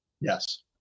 Yes